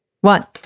one